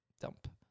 Dump